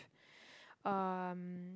um